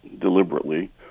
deliberately